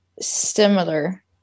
similar